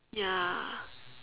ya